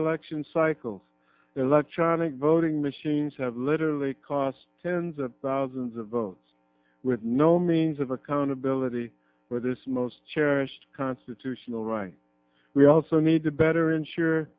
election cycles the luck charnock voting machines have literally cost tens of thousands of votes with no means of accountability for this most cherished constitutional right we also need to better ensure